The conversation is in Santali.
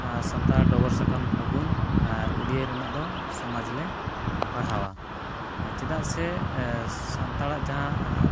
ᱥᱟᱱᱛᱟᱲ ᱰᱚᱜᱚᱨ ᱥᱟᱠᱟᱢ ᱯᱷᱟᱹᱜᱩᱱ ᱟᱨ ᱳᱰᱤᱭᱟ ᱨᱮᱱᱟᱜ ᱫᱚ ᱥᱚᱢᱟᱡᱽ ᱞᱮ ᱯᱟᱲᱦᱟᱣᱟ ᱪᱮᱫᱟᱜ ᱥᱮ ᱥᱟᱱᱛᱟᱲᱟᱜ ᱡᱟᱦᱟᱸ